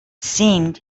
seemed